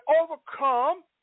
overcome